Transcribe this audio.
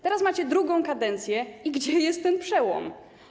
Teraz macie drugą kadencję i gdzie jest ten przełom?